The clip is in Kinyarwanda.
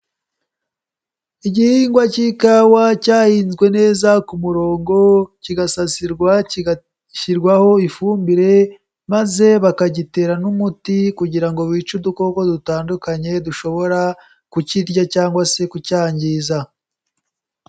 Igihingwa cy'ikawa cyahinzwe neza ku murongo, kigasasirwa kigashyirwaho ifumbire, maze bakagitera n'umuti kugira ngo wice udukoko dutandukanye dushobora kukirya, cyangwa se kucyangiza.